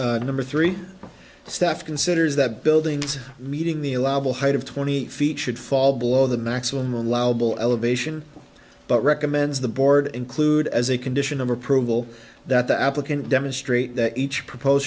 over number three staff considers that buildings meeting the allowable height of twenty feet should fall below the maximum allowable elevation but recommends the board include as a condition of approval that the applicant demonstrate that each propose